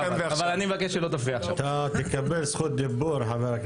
אני לא אחזור על הדברים הנכוחים והחשובים שאמרה חברתי,